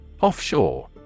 Offshore